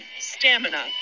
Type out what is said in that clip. stamina